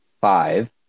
five